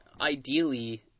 ideally